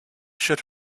should